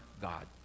God